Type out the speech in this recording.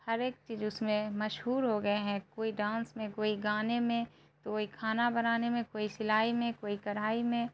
ہر ایک چیز اس میں مشہور ہو گئے ہیں کوئی ڈانس میں کوئی گانے میں کوئی کھانا بنانے میں کوئی سلائی میں کوئی کرھائی میں